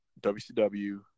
WCW